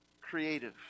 creative